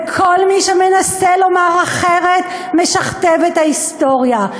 כל מי שמנסה לומר אחרת משכתב את ההיסטוריה,